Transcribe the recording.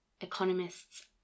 economists